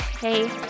hey